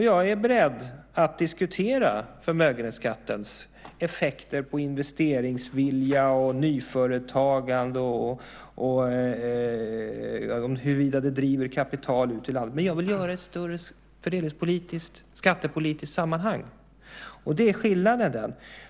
Jag är beredd att diskutera förmögenhetsskattens effekter på investeringsvilja och nyföretagande och huruvida den driver kapital ut ur landet, men jag vill göra det i ett större fördelningspolitiskt och skattepolitiskt sammanhang. Det är skillnaden.